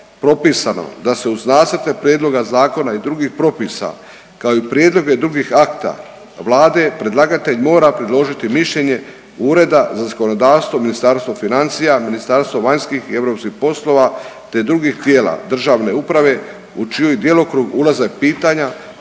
propisano da se uz nacrte prijedloga zakona i drugih propisa kao i prijedloge drugih akta Vlade, predlagatelj mora predložiti mišljenje Ureda za zakonodavstvo Ministarstva financija, Ministarstva vanjskih i europskih poslova te drugih tijela državne uprave u čiji djelokrug ulaze pitanja